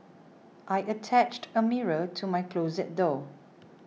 I attached a mirror to my closet door